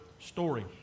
story